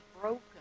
broken